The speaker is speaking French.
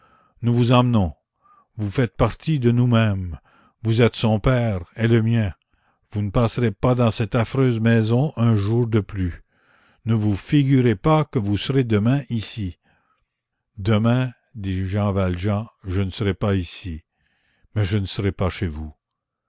nous vous emmenons vous faites partie de nous-mêmes vous êtes son père et le mien vous ne passerez pas dans cette affreuse maison un jour de plus ne vous figurez pas que vous serez demain ici demain dit jean valjean je ne serai pas ici mais je ne serai pas chez vous